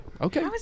okay